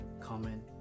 comment